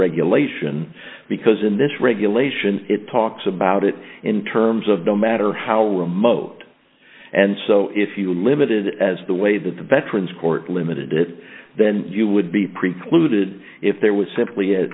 regulation because in this regulation it talks about it in terms of the matter how remote and so if you limited as the way that the veterans court limited it then you would be precluded if there was simply